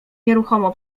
nieruchomo